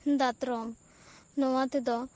ᱫᱟᱛᱨᱚᱢ ᱱᱚᱶᱟ ᱛᱮᱫᱚ